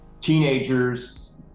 teenagers